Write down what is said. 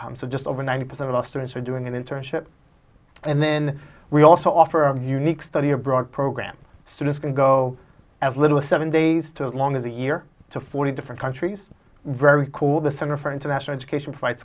so just over ninety some of the students are doing an internship and then we also offer a unique study abroad program students can go as little as seven days to long of the year to forty different countries very cool the center for international education fight